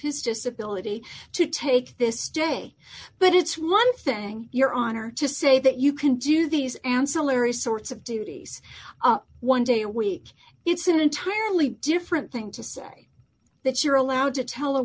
his disability to take this day but it's one thing your honor to say that you can do these ancillary sorts of duties one day a week it's an entirely different thing to say that you're allowed to tel